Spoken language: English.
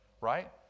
right